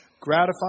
gratifying